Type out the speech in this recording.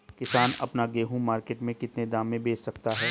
किसान अपना गेहूँ मार्केट में कितने दाम में बेच सकता है?